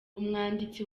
umwanditsi